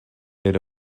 era